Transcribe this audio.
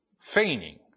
Feigning